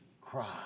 cry